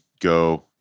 go